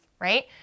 right